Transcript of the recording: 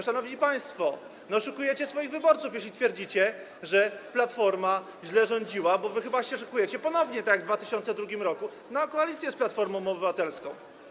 Szanowni państwo, oszukujecie swoich wyborców, jeżeli twierdzicie, że Platforma źle rządziła, bo wy chyba się szykujecie ponownie, tak jak w 2002 r., na koalicję z Platformą Obywatelską.